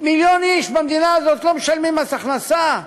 מיליון איש במדינה הזאת לא משלמים מס הכנסה.